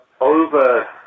over